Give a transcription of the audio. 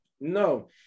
No